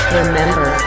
Remember